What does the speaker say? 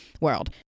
World